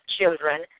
Children